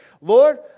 Lord